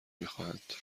میخواهند